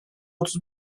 otuz